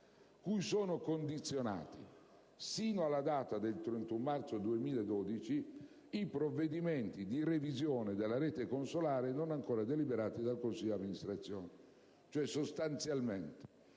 cui sono condizionati sino alla data del 31 marzo 2012 i provvedimenti di revisione della rete consolare non ancora formalmente deliberati dal consiglio di amministrazione